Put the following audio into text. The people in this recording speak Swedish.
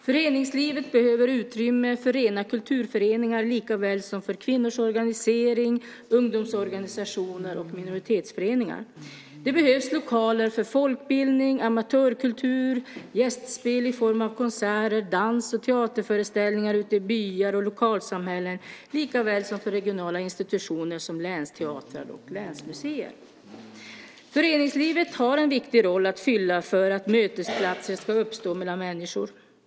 Föreningslivet behöver utrymme för rena kulturföreningar likaväl som för kvinnors organisering, ungdomsorganisationer och minoritetsföreningar. Det behövs lokaler för folkbildning, amatörkultur, gästspel i form av konserter, dans och teaterföreställningar ute i byar och lokalsamhällen likaväl som för regionala institutioner som länsteatrar och länsmuseer. Föreningslivet har en viktig roll att fylla för att mötesplatser ska uppstå mellan människor.